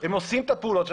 הם עושים את הפעולות.